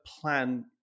plan